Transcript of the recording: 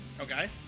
Okay